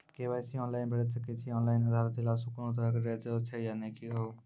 KYC online भैरि सकैत छी, ऑनलाइन आधार देलासॅ कुनू तरहक डरैक जरूरत छै या नै कहू?